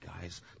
guys